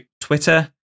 Twitter